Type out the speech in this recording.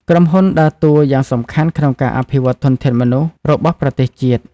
ក្រុមហ៊ុនដើរតួយ៉ាងសំខាន់ក្នុងការអភិវឌ្ឍធនធានមនុស្សរបស់ប្រទេសជាតិ។